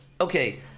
okay